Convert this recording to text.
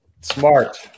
Smart